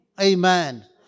Amen